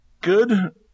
good